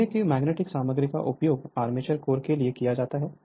लोहे की मैग्नेटिक सामग्री का उपयोग आर्मेचर कोर के लिए किया जाता है